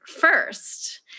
first